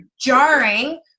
jarring